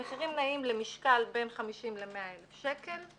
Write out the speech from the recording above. המחירים נעים למשקל בין 50 ל-100 אלף שקל.